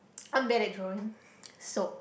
I'm bad at drawing so